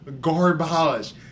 garbage